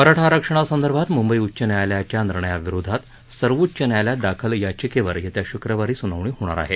मराठा आरक्षणासंदर्भात मुंबई उच्च न्यायालयाच्या निर्णयाविरोधात सर्वोच्च न्यायालयात दाखल याचिकेवर येत्या शुक्रवारी सुनावणी होणार आहे